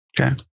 Okay